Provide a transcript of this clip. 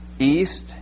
east